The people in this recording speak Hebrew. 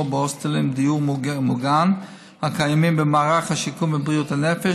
בהוסטלים או דיור מוגן הקיימים במערך השיקום בבריאות הנפש,